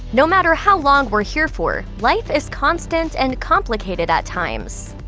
no matter how long we're here for life is constant and complicated at times.